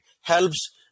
helps